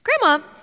Grandma